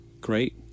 great